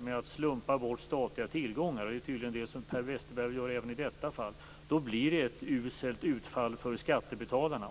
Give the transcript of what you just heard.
med att slumpa bort statliga tillgångar. Det är tydligen det som Per Westerberg gör även i detta fall. Då blir det ett uselt utfall för skattebetalarna.